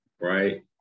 right